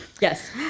Yes